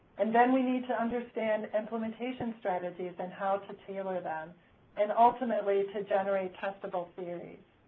and then we need to understand implementation strategies and how to tailor them and ultimately to generate testable theories.